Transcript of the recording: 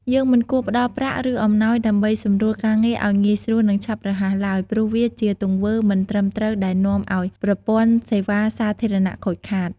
យើងមិនគួរផ្ដល់ប្រាក់ ឬអំណោយដើម្បីសម្រួលការងារឲ្យងាយស្រួល និងឆាប់រហ័សឡើយ ព្រោះវាជាទង្វើមិនត្រឹមត្រូវដែលនាំឲ្យប្រព័ន្ធសេវាសាធារណៈខូចខាត។